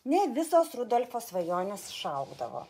ne visos rudolfo svajonės išaugdavo